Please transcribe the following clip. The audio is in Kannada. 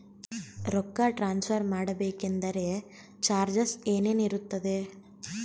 ರೊಕ್ಕ ಟ್ರಾನ್ಸ್ಫರ್ ಮಾಡಬೇಕೆಂದರೆ ಚಾರ್ಜಸ್ ಏನೇನಿರುತ್ತದೆ?